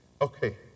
Okay